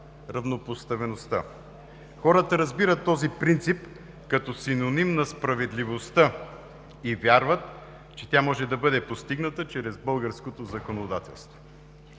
равнопоставеността. Хората разбират този принцип като синоним на справедливостта и вярват, че тя може да бъде постигната чрез българското законодателство.